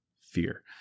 Fear